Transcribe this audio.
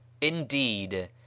indeed